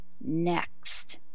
next